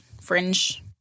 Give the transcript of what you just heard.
fringe